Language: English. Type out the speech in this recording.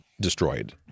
destroyed